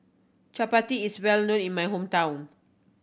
Chapati is well known in my hometown